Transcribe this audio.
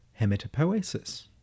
hematopoiesis